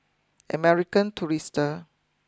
American Tourister